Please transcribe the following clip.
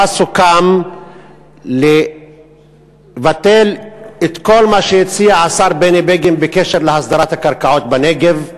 ובה סוכם לבטל את כל מה שהציע השר בני בגין בקשר להסדרת הקרקעות בנגב,